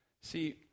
See